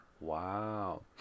wow